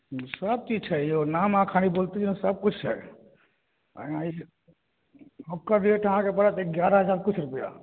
सब किछु छै यौ नाम खाली अहाँ बोलते जाउ सब किछु छै ओकर रेट अहाँके पड़त एगारह हजार किछु रुपैआ